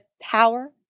power